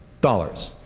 dollars.